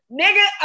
nigga